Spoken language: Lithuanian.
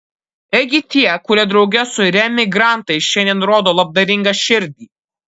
ėgi tie kurie drauge su reemigrantais šiandien rodo labdaringą širdį